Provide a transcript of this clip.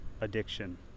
addiction